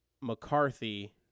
McCarthy